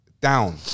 down